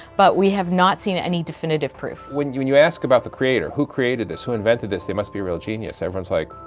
but we have not seen any definitive proof when you and you ask about the creator who created this? who invented this? they must be a real genius. everyone's like,